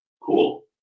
Cool